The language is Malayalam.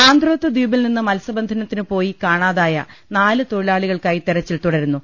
ആന്ത്രോത്ത് ദ്വീപിൽനിന്ന് മത്സ്യബന്ധനത്തിന് പോയി കാണാതായ നാല് തൊഴിലാളികൾക്കായി തെരച്ചിൽ തുടരു ന്നു